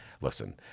listen